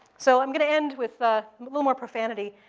so, i'm going to end with a little more profanity.